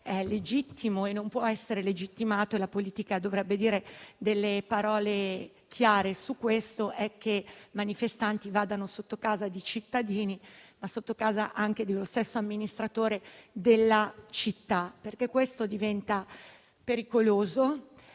è legittimo e non può essere legittimato - e la politica dovrebbe dire parole chiare su questo - è che dei manifestanti vadano sotto casa di cittadini o dello stesso amministratore della città, perché ciò diventa pericoloso